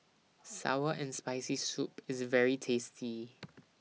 Sour and Spicy Soup IS very tasty